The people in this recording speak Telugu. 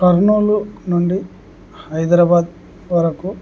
కర్నూలు నుండి హైదరాబాద్ వరకు